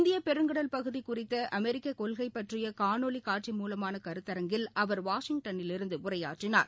இந்திய பெருங்கடல் பகுதி குறித்த அமெரிக்க கொள்கை பற்றிய காணொலி காட்சி மூலமான கருத்தரங்கில் அவர் வாஷிங்டனிலிருந்து உரையாற்றினார்